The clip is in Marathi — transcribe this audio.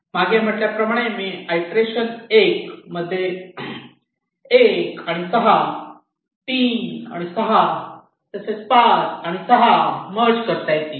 मागे म्हटल्याप्रमाणे मी आयटेरेशन 1 मध्ये 1 आणि 6 3 आणि 6 तसेच 5 आणि 6 मर्ज करता येतील